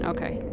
Okay